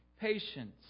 patience